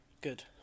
Good